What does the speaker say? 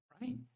right